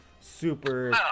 super